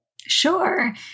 Sure